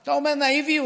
אתה אומר נאיביות?